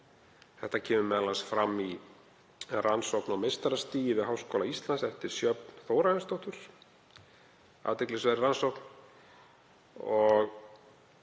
Það kemur m.a. fram í rannsókn á meistarastigi við Háskóla Íslands eftir Sjöfn Þórarinsdóttur, athyglisverð rannsókn.